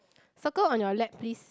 circle on your lap please